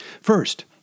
First